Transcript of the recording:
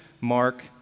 Mark